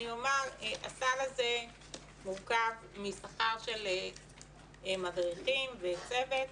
הסל הזה מורכב משכר של מדריכים וצוות,